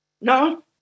No